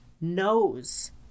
knows